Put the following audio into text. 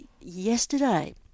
yesterday